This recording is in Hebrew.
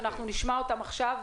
שנשמע אותם עכשיו,